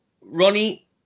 Ronnie